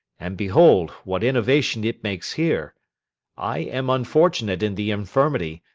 and behold, what innovation it makes here i am unfortunate in the infirmity,